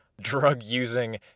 drug-using